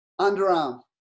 Underarm